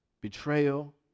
betrayal